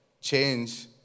change